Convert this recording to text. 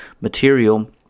material